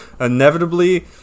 inevitably